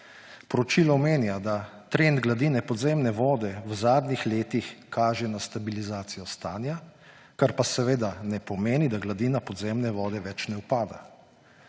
Poročilo omenja, da trend gladine podzemne vode v zadnjih letih kaže na stabilizacijo stanja, kar pa seveda ne pomeni, da gladina podzemne vode več ne upada.